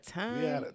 time